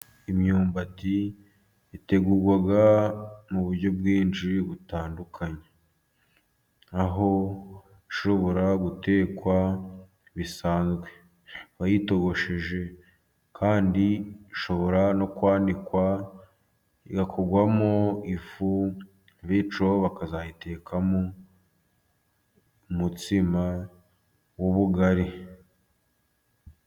Imyumbati itegurwa mu buryo bwinshi butandukanye, aho ishobora gutekwa bisanzwe bayitogosheje, kandi ishobora no kwaniikwa igakorwamo ifu, bityo bakazayitekamo umutsima w'ubugari.